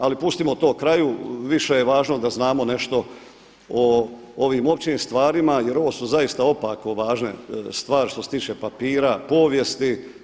Ali pustimo to kraju, više je važno da znamo nešto o ovim općim stvarima jer ovo su zaista opako važne stvari što se tiče papira, povijesti.